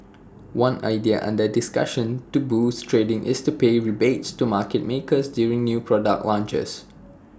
one idea under discussion to boost trading is to pay rebates to market makers during new product launches